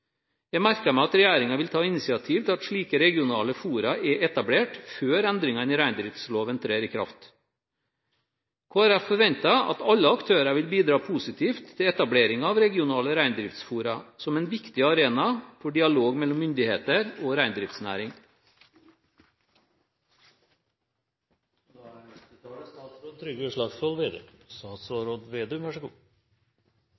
Jeg merker meg at regjeringen vil ta initiativ til at slike regionale fora er etablert før endringene i reindriftsloven trer i kraft. Kristelig Folkeparti forventer at alle aktører vil bidra positivt til etableringen av regionale reindriftsfora som en viktig arena for dialog mellom myndigheter og